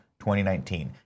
2019